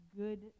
good